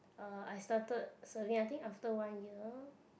uh I started serving I think after one year